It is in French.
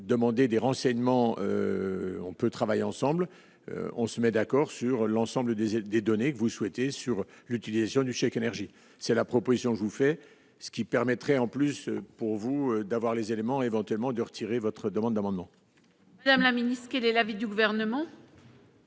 demander des renseignements, on peut travailler ensemble, on se met d'accord sur l'ensemble des et des données que vous souhaitez sur l'utilisation du chèque énergie c'est la proposition, je vous fais ce qui permettrait en plus pour vous d'avoir les éléments éventuellement de retirer votre demande d'amendement. Madame la Ministre, quel est l'avis du gouvernement.